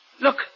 Look